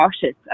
cautious